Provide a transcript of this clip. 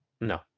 no